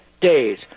days